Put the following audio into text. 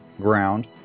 ground